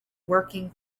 working